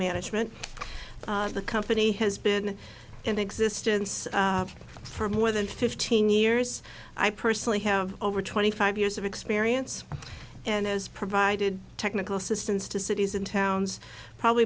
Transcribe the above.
management of the company has been in existence for more than fifteen years i personally have over twenty five years of experience and has provided technical assistance to cities and towns probably